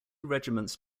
regiments